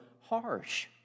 harsh